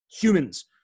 humans